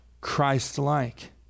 Christ-like